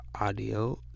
audio